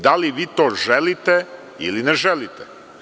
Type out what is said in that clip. Da li vi to želite ili ne želite?